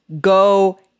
Go